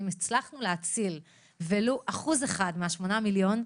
אם הצלחנו להציל ולו אחוז אחד מה-8 מיליון,